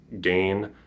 gain